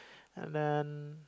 and then